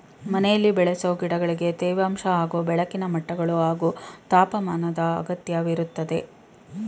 ಮನೆಲಿ ಬೆಳೆಸೊ ಗಿಡಗಳಿಗೆ ತೇವಾಂಶ ಹಾಗೂ ಬೆಳಕಿನ ಮಟ್ಟಗಳು ಹಾಗೂ ತಾಪಮಾನದ್ ಅಗತ್ಯವಿರ್ತದೆ